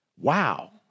wow